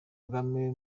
kagame